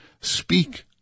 Speak